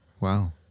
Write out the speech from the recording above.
Wow